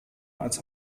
als